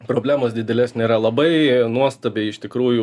problemos didelės nėra labai nuostabiai iš tikrųjų